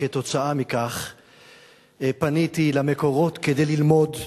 וכתוצאה מכך פניתי למקורות כדי ללמוד,